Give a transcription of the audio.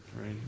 right